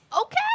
okay